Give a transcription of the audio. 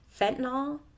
fentanyl